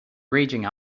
raging